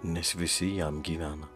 nes visi jam gyvena